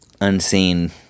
unseen